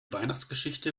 weihnachtsgeschichte